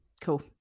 cool